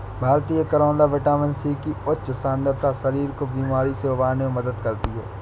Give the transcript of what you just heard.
भारतीय करौदा vitamin C की उच्च सांद्रता शरीर को बीमारी से उबरने में मदद करती है